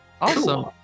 Awesome